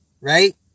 right